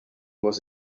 was